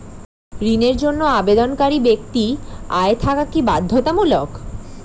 ঋণের জন্য আবেদনকারী ব্যক্তি আয় থাকা কি বাধ্যতামূলক?